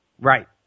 right